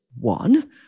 one